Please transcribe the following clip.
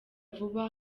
vuba